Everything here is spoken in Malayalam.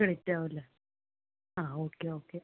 ക്രെഡിറ്റ് ആവും അല്ലെ ആ ഓക്കെ ഓക്കെ